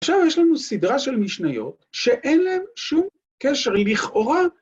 ‫עכשיו יש לנו סדרה של משניות ‫שאין להן שום קשר עם לכאורה.